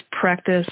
practice